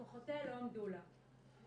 כוחותיה לא עמדו לה.